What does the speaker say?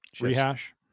rehash